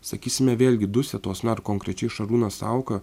sakysime vėlgi dusetos na ar konkrečiai šarūnas sauka